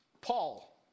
Paul